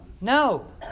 No